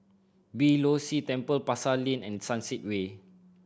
Beeh Low See Temple Pasar Lane and Sunset Way